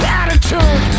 attitude